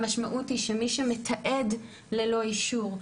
המשמעות היא שמי שמתעד ללא אישור,